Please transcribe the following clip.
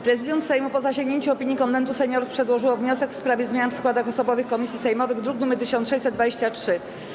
Prezydium Sejmu, po zasięgnięciu opinii Konwentu Seniorów, przedłożyło wniosek w sprawie zmian w składach osobowych komisji sejmowych, druk nr 1623.